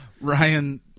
ryan